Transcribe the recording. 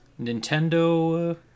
Nintendo